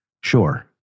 Sure